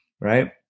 right